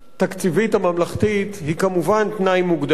התקציבית הממלכתית הם כמובן תנאי מוקדם,